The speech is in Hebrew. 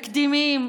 תקדימיים,